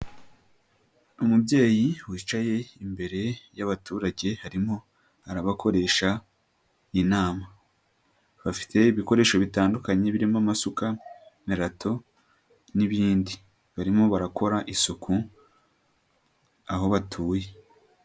Umubyeyi wicaye imbere y'abaturage, arimo arabakoresha inama. Bafite ibikoresho bitandukanye birimo amasuka, merato n'ibindi. Barimo barakora isuku, aho batuye.